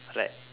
right